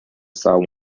saw